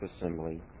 assembly